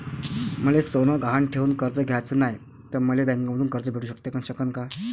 मले सोनं गहान ठेवून कर्ज घ्याचं नाय, त मले बँकेमधून कर्ज भेटू शकन का?